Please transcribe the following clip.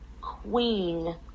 queen